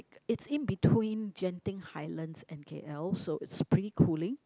it's in between Genting Highlands and k_l so it's pretty cooling